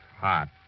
hot